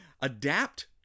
Adapt